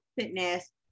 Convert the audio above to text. fitness